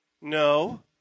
no